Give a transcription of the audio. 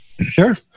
sure